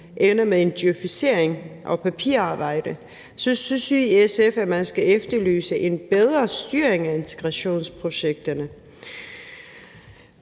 ender med en djøfisering og papirarbejde, skal efterlyse en bedre styring af integrationsprojekterne.